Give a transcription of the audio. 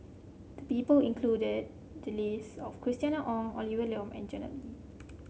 the people included the list of Christina Ong Olivia Lum and Janet